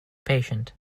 patient